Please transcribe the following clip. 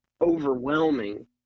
overwhelming